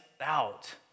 out